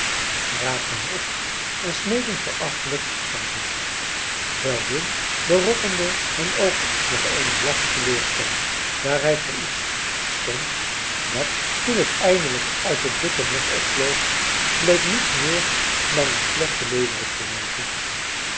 raapte hem op en smeet hem verachtelijk van zich veldin berokkende hem ook nog eene laffe teleurstelling daar hij voor iets stond dat toen het eindelijk uit het dikke mos opvloog bleek niets meer dan een slechte leeuwerik te wezen